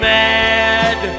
mad